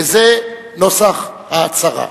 וזה נוסח ההצהרה: